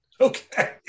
Okay